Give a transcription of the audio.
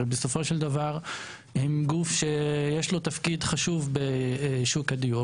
הרי בסופו של דבר הם גוף שיש לו תפקיד חשוב בשוק הדיור